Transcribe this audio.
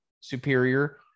superior